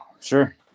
sure